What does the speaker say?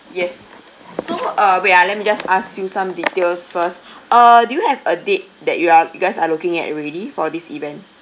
yes so uh wait ah let me just ask you some details first uh do you have a date that you are you guys are looking at already for this event